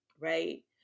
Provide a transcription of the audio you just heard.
right